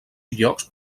llocs